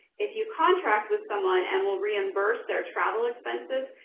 if you contract with someone and will reimburse their travel expenses,